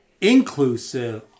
inclusive